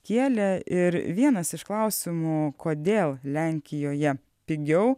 kielė ir vienas iš klausimų kodėl lenkijoje pigiau